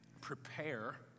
prepare